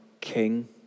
king